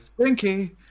stinky